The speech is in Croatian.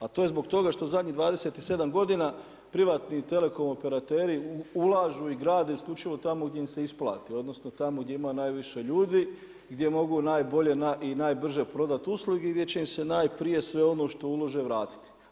A to je zbog toga što zadnjih 27 godina, privatni telekom operateri ulažu i grade isključivo tamo gdje im se isplati, odnosno, tamo gdje ima najviše ljudi, gdje mogu najbolje i najbrže prodati usluge i gdje će im se najprije, sve ono što ulože vratiti.